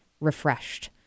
refreshed